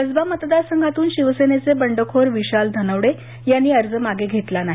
कसबा मतदारसंघातून शिवसेनेचे बंडखोर विशाल धनवडे यांनी अर्ज मागे घेतला नाही